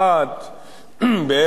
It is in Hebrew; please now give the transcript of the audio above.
בארץ מוצאם.